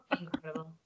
Incredible